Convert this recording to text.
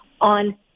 on